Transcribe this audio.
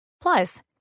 Plus